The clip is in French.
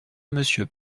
monsieur